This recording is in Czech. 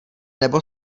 nebo